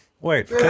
Wait